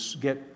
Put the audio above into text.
get